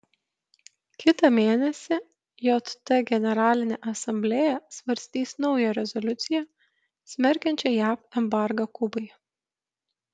kitą mėnesį jt generalinė asamblėja svarstys naują rezoliuciją smerkiančią jav embargą kubai